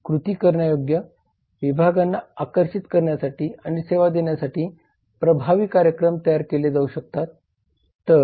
कृती करण्यायोग्य विभागांना आकर्षित करण्यासाठी आणि सेवा देण्यासाठी प्रभावी कार्यक्रम तयार केले जाऊ शकतात